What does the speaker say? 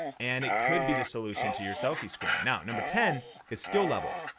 and it could be the solution to your selfie screen. now number ten is skill level.